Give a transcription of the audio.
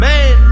Man